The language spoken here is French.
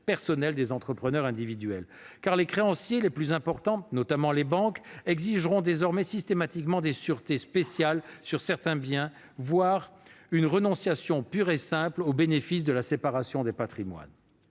des entrepreneurs individuels, car les créanciers les plus importants, notamment les banques, exigeront désormais systématiquement des sûretés spéciales sur certains biens, voire une renonciation pure et simple au bénéfice de la séparation des patrimoines